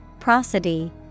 Prosody